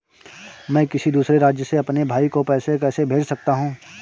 मैं किसी दूसरे राज्य से अपने भाई को पैसे कैसे भेज सकता हूं?